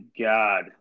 god